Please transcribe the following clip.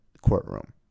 courtroom